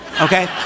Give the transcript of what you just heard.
okay